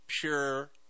pure